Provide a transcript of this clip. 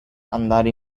andare